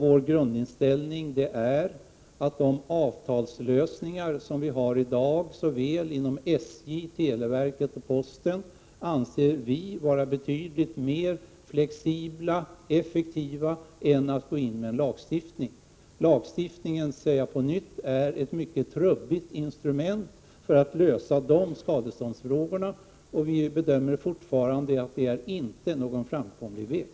Vår grundinställning är att de avtalslösningar som finns i dag inom såväl SJ som televerket och posten är betydligt mer flexibla och effektiva än att gå in med lagstiftning. Lagstiftningen är ett mycket trubbigt instrument för att lösa de skadeståndsfrågorna, säger jag på nytt, och vi bedömer fortfarande att det inte är någon framkomlig väg.